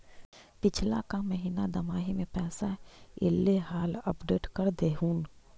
पिछला का महिना दमाहि में पैसा ऐले हाल अपडेट कर देहुन?